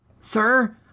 Sir